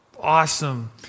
awesome